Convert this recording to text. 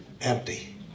empty